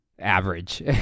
average